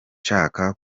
nshaka